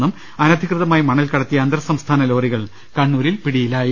നിന്നും അനധികൃതമായി മണൽ കടത്തിയ അന്തർസംസ്ഥാന ലോറികൾ കണ്ണൂരിൽ പിടിയിലായി